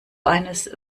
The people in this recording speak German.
eines